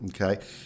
Okay